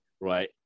right